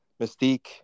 Mystique